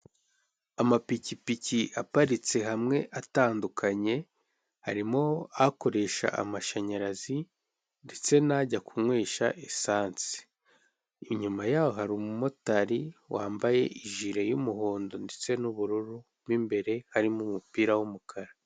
Amapikipiki apatitse hamwe atandukanye harimo akoresha amashanyarazi ndetse n'ajya kunywesha esanse, inyuma yaho hari umumotari wambaye ijire y'umuhindo ndetse n'ubururu mu imbere harimo umupira w'umukara.